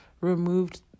removed